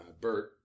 Bert